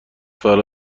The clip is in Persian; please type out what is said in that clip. فردا